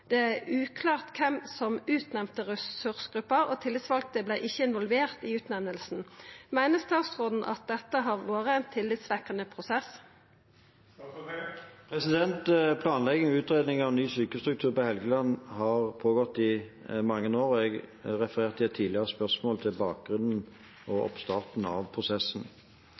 Det er uklart hvem som utnevnte ressursgruppa, og tillitsvalgte ble ikke involvert i utnevnelsen. Mener statsråden at dette har vært en tillitvekkende prosess?» Planlegging og utredning av ny sykehusstruktur på Helgeland har pågått i mange år, og jeg refererte i et tidligere spørsmål til bakgrunnen og oppstarten av prosessen.